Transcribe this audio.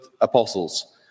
apostles